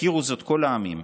יכירו זאת כל העמים,